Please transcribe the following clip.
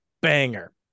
banger